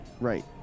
right